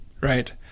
right